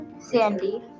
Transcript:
sandy